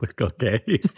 okay